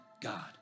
God